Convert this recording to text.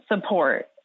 support